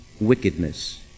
wickedness